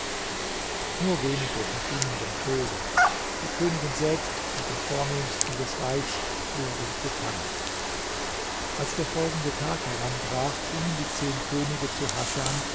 nur wenige entgingen dem tode die königin selbst mit den vornehmsten des reichs wurde gefangen als der folgende tag heranbrach gingen die zehn könige zu hasan